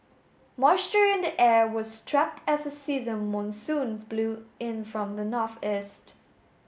moisture in the air was trapped as a season monsoon blew in from the north east